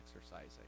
exercising